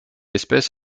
espèce